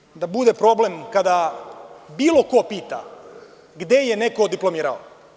Ne može da bude problem kada bilo ko pita gde je neko diplomirao.